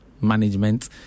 management